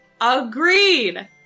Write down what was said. agreed